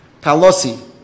kalosi